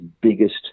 biggest